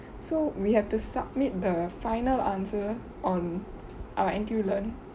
so we have to submit the final answer on our N_T_U learn